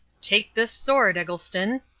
take this sword, eggleston,